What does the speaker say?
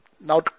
Now